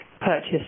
purchased